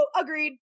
Agreed